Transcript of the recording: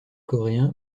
coréen